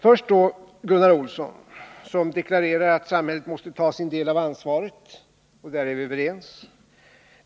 Först till Gunnar Olsson. Han deklarerar att samhället måste ta sin del av ansvaret. Där är vi överens.